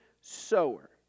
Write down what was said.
sower